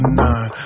nine